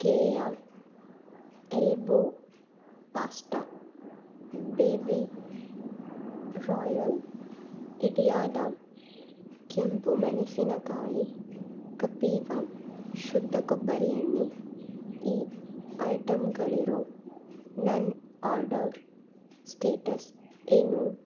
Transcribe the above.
ಕೇಯ elbow pasta B B royal ಇಡಿಯಾದ ಕೆಂಪು ಮೆಣಸಿನಕಾಯಿ ಕಪೀವಾ ಶುದ್ಧ ಕೊಬ್ಬರಿ ಎಣ್ಣೆ ಈ ಐಟಮ್ಗಳಿರೋ ನನ್ನ ಆರ್ಡರ್ ಸ್ಟೇಟಸ್ ಏನು